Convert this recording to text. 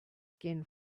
again